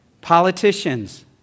Politicians